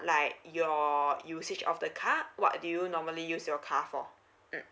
like your usage of the car what do you normally use your car for mm